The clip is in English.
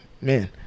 man